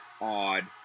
odd